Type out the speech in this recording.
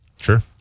Sure